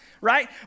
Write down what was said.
Right